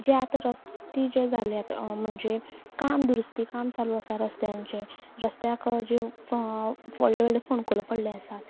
जे आतां रस्ते जे जाल्यात म्हणजे काम दुरस्ती काम चालू आसा रस्त्यांचे रस्त्याक जे व्हडले व्हडले फोंडकुलां पडले आसात